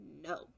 No